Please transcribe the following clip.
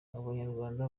abanyarwanda